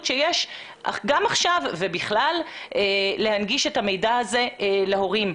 שיש - גם עכשיו ובכלל - להנגיש את המידע הזה להורים.